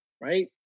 right